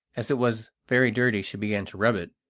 as it was very dirty she began to rub it,